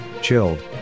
chilled